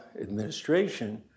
administration